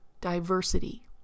diversity